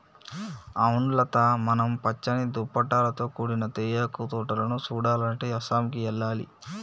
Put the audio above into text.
అవును లత మనం పచ్చని దుప్పటాలతో కూడిన తేయాకు తోటలను సుడాలంటే అస్సాంకి ఎల్లాలి